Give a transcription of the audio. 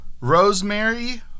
Rosemary